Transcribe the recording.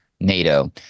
NATO